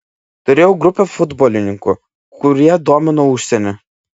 turėjau grupę futbolininkų kurie domino užsienį